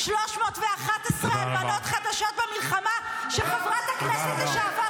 311 אלמנות חדשות במלחמה שחברת הכנסת לשעבר